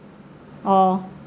oh